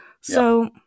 So-